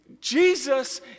Jesus